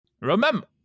Remember